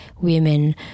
women